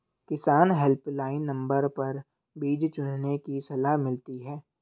किसान helpline number पर बीज चुनने की सलाह मिलती है